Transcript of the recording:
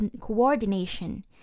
coordination